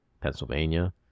Pennsylvania